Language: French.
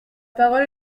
parole